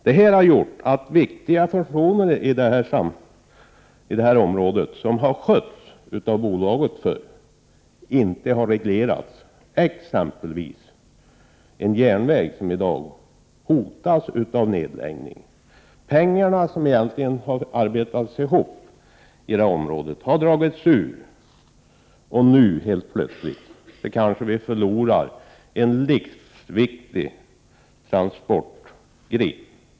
Det här har lett till att viktiga funktioner i området som tidigare sköttes av bolaget inte har reglerats. Det gäller exempelvis en järnväg som i dag hotas av nedläggning. Pengarna har egentligen arbetats ihop inom det här området, men de har dragits ut. Nu kanske vi helt plötsligt förlorar en livsviktig transportgren.